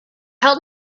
held